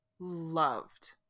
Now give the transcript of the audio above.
loved